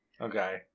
Okay